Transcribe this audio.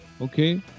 Okay